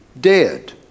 dead